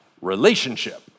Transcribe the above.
relationship